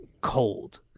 cold